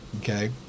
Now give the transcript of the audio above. okay